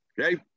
okay